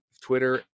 Twitter